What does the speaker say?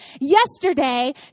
yesterday